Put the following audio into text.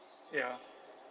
ya